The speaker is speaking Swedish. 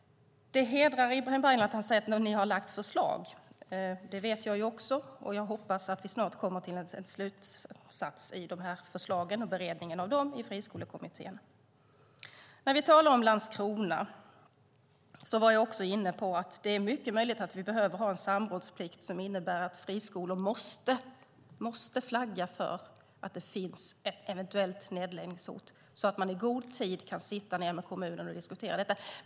Det hedrar Ibrahim Baylan att han säger att vi har lagt fram förslag. Det vet jag, och jag hoppas att vi snart kommer till en slutsats vid beredningen av förslagen i Friskolekommittén. När vi talar om Landskrona var jag inne på att det är mycket möjligt att vi behöver ha en samrådsplikt som innebär att friskolor måste flagga för att det finns ett eventuellt nedläggningshot så att man i god tid kan diskutera detta med kommunen.